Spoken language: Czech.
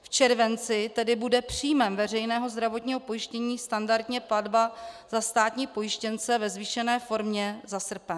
V červenci tedy bude příjmem veřejného zdravotního pojištění standardně platba za státní pojištěnce ve zvýšené formě za srpen.